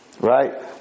Right